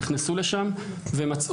נכנסו לשם ומצאו